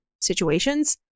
situations